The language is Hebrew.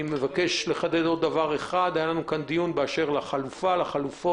היה לנו דיון באשר לחלופות,